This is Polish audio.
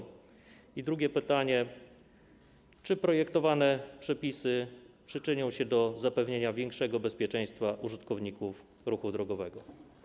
I drugie pytanie: Czy projektowane przepisy przyczynią się do zapewnienia większego bezpieczeństwa użytkowników ruchu drogowego?